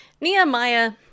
Nehemiah